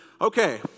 Okay